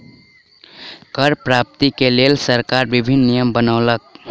कर प्राप्ति के लेल सरकार विभिन्न नियम बनौलक